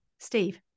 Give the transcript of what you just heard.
Steve